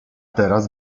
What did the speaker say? teraz